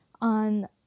on